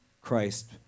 Christ